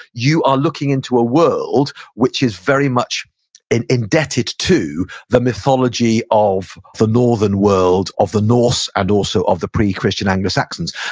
you are looking into a world which is very much and indebted to the mythology of the northern world of the norse and also of the pre-christian anglo-saxons.